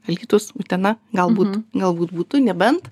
alytus utena galbūt galbūt būtų nebent